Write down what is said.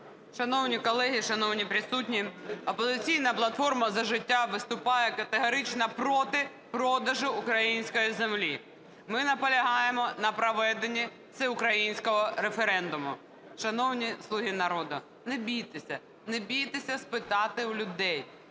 Шановні колеги, шановні присутні! "Опозиційна платформа - За життя" виступає категорично проти продажу української землі. Ми наполягаємо на проведенні всеукраїнського референдуму. Шановні "слуги народу", не бійтеся, не бійтеся спитати у людей,